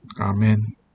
Amen